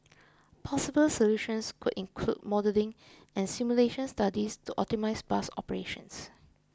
possible solutions could include modelling and simulation studies to optimise bus operations